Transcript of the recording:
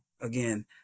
again